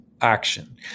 action